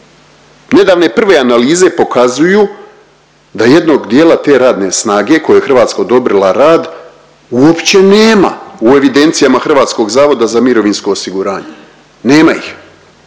Nedavne prve analize pokazuju da jednog dijela te radne snage kojoj je Hrvatska odobrila rad uopće nema u evidencijama HZMO-a, nema ih,